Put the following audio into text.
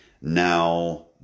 Now